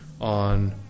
on